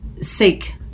seek